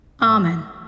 Amen